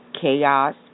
Chaos